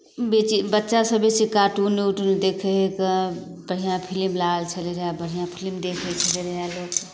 बेची बच्चासभ बेसी कार्टुने वरटुन देखै हइ कऽ पहिने फिलिम लागल छलै रहए बढ़िआँ फिलिम देखै छलियै रहए लोक